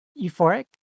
euphoric